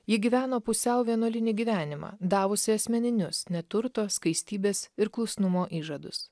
ji gyveno pusiau vienuolinį gyvenimą davusi asmeninius neturto skaistybės ir klusnumo įžadus